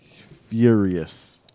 furious